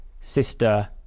sister